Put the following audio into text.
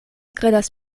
kredas